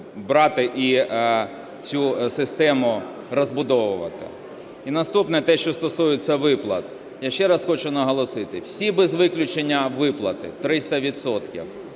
брати і цю систему розбудовувати. І наступне, те, що стосується виплат. Я ще раз хочу наголосити, всі без виключення, 300